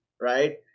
right